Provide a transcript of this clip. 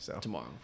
Tomorrow